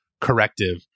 corrective